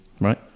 right